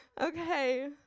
Okay